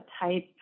type